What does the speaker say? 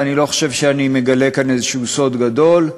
ואני לא חושב שאני מגלה כאן איזה סוד גדול,